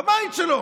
בבית שלו.